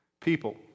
people